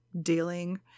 dealing